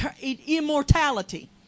immortality